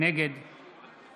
נגד